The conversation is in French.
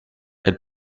elle